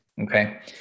Okay